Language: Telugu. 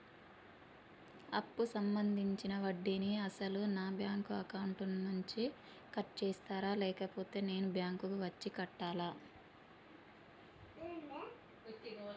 అప్పు సంబంధించిన వడ్డీని అసలు నా బ్యాంక్ అకౌంట్ నుంచి కట్ చేస్తారా లేకపోతే నేను బ్యాంకు వచ్చి కట్టాలా?